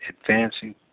advancing